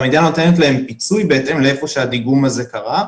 והמדינה נותנת להן פיצוי בהתאם להיכן שהדיגום הזה קרה.